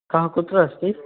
कः कुत्र अस्ति